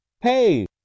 Hey